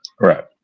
right